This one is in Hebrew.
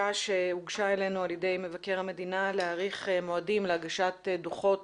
שהוגשה אלינו על ידי מבקר המדינה להאריך מועדים להגשת דוחות